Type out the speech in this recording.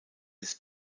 des